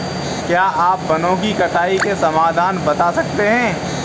क्या आप वनों की कटाई के समाधान बता सकते हैं?